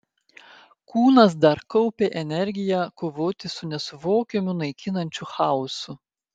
kūnas dar kaupė energiją kovoti su nesuvokiamu naikinančiu chaosu